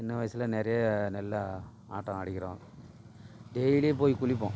சின்ன வயசில் நிறைய நல்லா ஆட்டம் ஆடிக்றோம் டெய்லி போய் குளிப்போம்